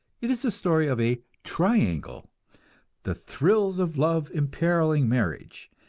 it is a story of a triangle the thrills of love imperiling marriage,